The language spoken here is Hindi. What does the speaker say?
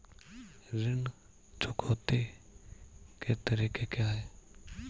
ऋण चुकौती के तरीके क्या हैं?